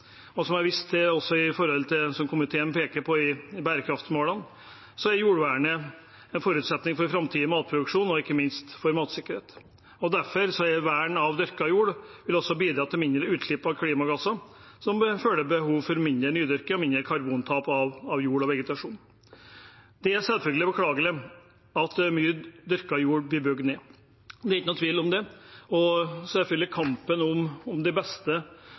Og som komiteen peker på, er jordvern ifølge FNs bærekraftsmål en forutsetning for framtidig matproduksjon og ikke minst for matsikkerhet. Vern av dyrka jord vil også bidra til mindre utslipp av klimagasser som følge av mindre behov for nydyrking og mindre karbontap fra jord og vegetasjon. Det er selvfølgelig beklagelig at mye dyrka jord blir bygd ned. Det er ikke noen tvil om det. Kampen om de beste områdene er prekær i mange områder. Det siste eksemplet jeg har, er at Senterpartiet og Arbeiderpartiet ønsker å bygge ned mye av den beste